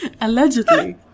Allegedly